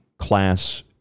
class